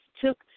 took